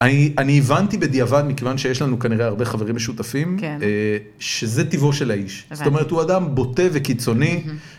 אני הבנתי בדיעבד, מכיוון שיש לנו כנראה הרבה חברים משותפים, - כן - שזה טבעו של האיש. זאת אומרת, הוא אדם בוטה וקיצוני.